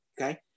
Okay